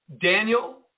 Daniel